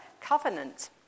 covenant